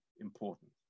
important